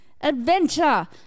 adventure